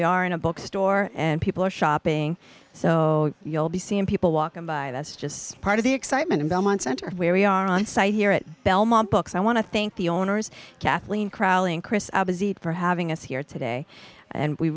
we are in a bookstore and people are shopping so you'll be seeing people walking by that's just part of the excitement in belmont center where we are on site here at belmont books i want to thank the owners kathleen crowley and kris for having us here today and we